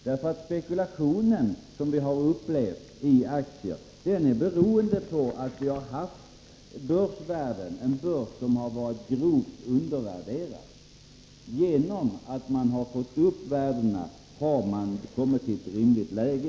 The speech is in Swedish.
Den spekulation i aktier som vi har upplevt är ju beroende av att vi har haft en börs som varit grovt undervärderad. Genom att man har fått upp värdena har man nu kommit i ett rimligt läge.